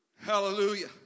Hallelujah